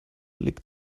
liegt